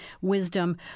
wisdom